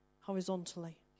horizontally